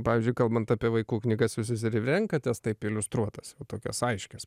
pavyzdžiui kalbant apie vaikų knygas visas ir renkatės taip iliustruotas jau tokias aiškias